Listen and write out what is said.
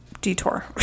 detour